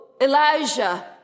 Elijah